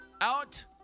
Out